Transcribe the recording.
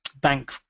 bank